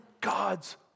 God's